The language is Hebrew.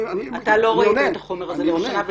אתה לא ראית את החומר הזה לראשונה,